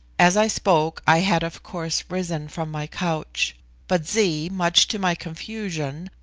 as i spoke, i had of course risen from my couch but zee, much to my confusion,